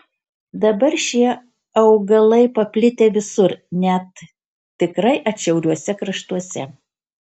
dabar šie augalai paplitę visur net tikrai atšiauriuose kraštuose